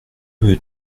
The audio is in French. veux